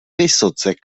vysoce